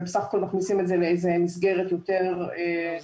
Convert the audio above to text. ובסך הכול מכניסים את זה לאיזו מסגרת יותר מאורגנת.